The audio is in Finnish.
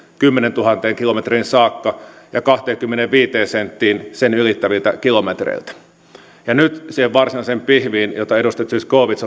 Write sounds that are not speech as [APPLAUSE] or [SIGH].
kymmeneentuhanteen kilometriin saakka ja kahteenkymmeneenviiteen senttiin sen ylittäviltä kilometreiltä ja nyt siihen varsinaiseen pihviin jota edustaja zyskowicz [UNINTELLIGIBLE]